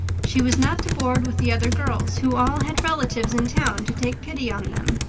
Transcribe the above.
she was not to board with the other girls, who all had relatives in town to take pity on them.